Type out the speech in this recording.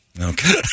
Okay